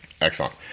excellent